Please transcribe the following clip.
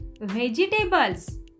vegetables